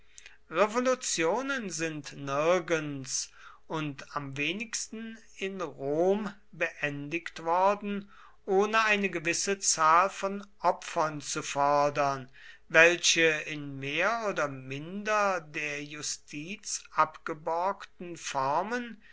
revolutionen sind nirgends und am wenigsten in rom beendigt worden ohne eine gewisse zahl von opfern zu fordern welche in mehr oder minder der justiz abgeborgten formen